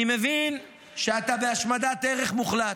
אני מבין שאתה בהשמדת ערך מוחלט,